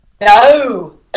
No